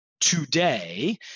today